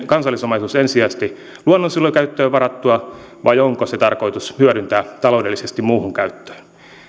kansallisomaisuus ensisijaisesti luonnonsuojelun käyttöön varattua vai onko se tarkoitus hyödyntää taloudellisesti muuhun